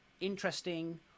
interesting